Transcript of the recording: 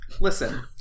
Listen